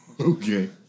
Okay